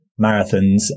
marathons